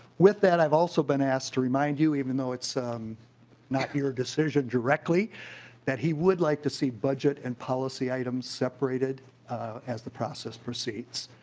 that i've also been asked to remind you even though it's not your decision directly that he would like to see budget and policy items separated as the process proceeds.